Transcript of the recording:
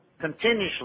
continuously